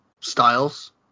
styles